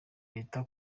leta